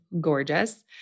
gorgeous